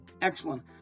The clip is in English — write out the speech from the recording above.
Excellent